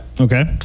Okay